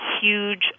huge